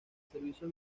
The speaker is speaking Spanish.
servicio